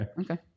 Okay